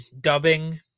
dubbing